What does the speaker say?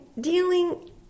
dealing